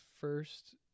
first